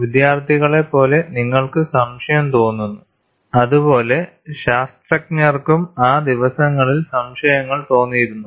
വിദ്യാർത്ഥികളെപ്പോലെ നിങ്ങൾക്ക് സംശയം തോന്നുന്നന്നു അതുപോലെ ശാസ്ത്രജ്ഞർക്കും ആ ദിവസങ്ങളിൽ സംശയങ്ങൾ തോന്നിയിരുന്നു